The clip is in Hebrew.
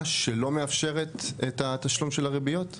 שלא מאפשרת את התשלום של הריביות?